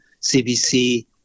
CBC